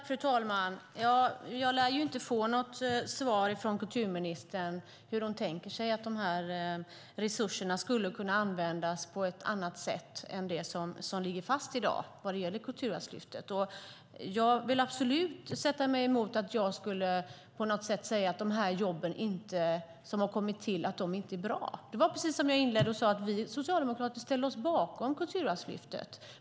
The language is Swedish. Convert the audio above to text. Fru talman! Jag lär inte få något svar från kulturministern på hur hon tänker sig att resurserna skulle kunna användas på ett annat sätt än det som ligger fast i dag vad gäller Kulturarvslyftet. Jag vill absolut sätta mig emot att jag på något sätt skulle säga att de jobb som kommit till inte är bra. Precis som jag inledde med att säga ställer vi socialdemokrater oss bakom Kulturarvslyftet.